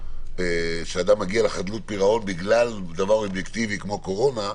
כשאדם מגיע לחדלות פירעון בגלל דבר אובייקטיבי כמו קורונה,